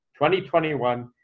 2021